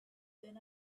then